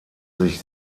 sich